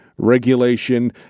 Regulation